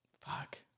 Fuck